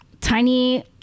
tiny